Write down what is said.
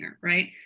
right